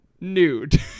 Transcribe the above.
nude